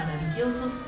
maravillosos